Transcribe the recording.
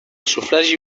sufragi